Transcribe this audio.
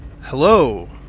Hello